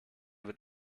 wird